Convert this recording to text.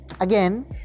again